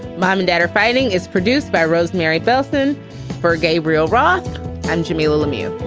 mom and dad or finding is produced by rosemary bellson for gabriel roth and jamilah lemieux